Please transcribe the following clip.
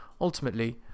Ultimately